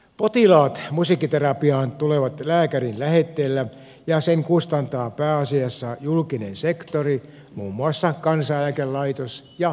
potilaat musiikkiterapiaan tulevat lääkärin lähetteellä ja sen kustantaa pääasiassa julkinen sektori muun muassa kansaneläkelaitos ja sairaanhoitopiirit